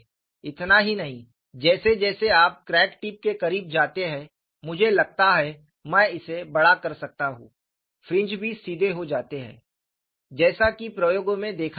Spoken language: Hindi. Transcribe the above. इतना ही नहीं जैसे जैसे आप क्रैक टिप के करीब जाते हैं मुझे लगता है मैं इसे बड़ा कर सकता हूं फ्रिंज भी सीधे हो जाते हैं जैसा कि प्रयोगों में देखा गया था